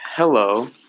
Hello